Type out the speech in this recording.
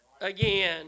again